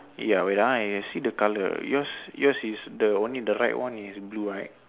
ya wait ah I see the colour yours yours is the only the right one is blue right